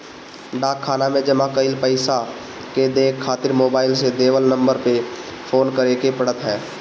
डाक खाना में जमा कईल पईसा के देखे खातिर मोबाईल से देवल नंबर पे फोन करे के पड़त ह